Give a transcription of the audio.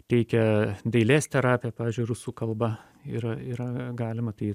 teikia dailės terapiją pavyzdžiui rusų kalba yra yra galima tai